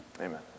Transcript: Amen